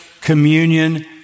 communion